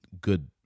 good